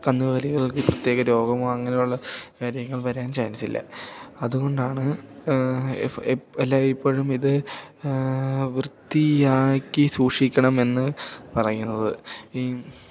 കന്നുകാലികൾക്ക് പ്രത്യേക രോഗമോ അങ്ങനെയുള്ള കാര്യങ്ങൾ വരാൻ ചാൻസില്ല അതുകൊണ്ടാണ് എല്ലായ്പ്പോഴും ഇത് വൃത്തിയാക്കി സൂക്ഷിക്കണമെന്നു പറയുന്നത് ഈ